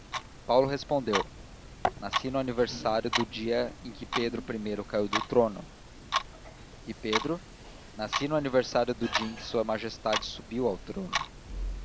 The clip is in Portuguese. paulo respondeu nasci no aniversário do dia em que pedro i caiu do trono e pedro nasci no aniversário do dia em que sua majestade subiu ao trono